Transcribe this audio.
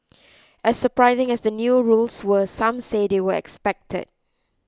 as surprising as the new rules were some say they were expected